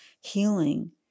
healing